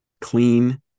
Clean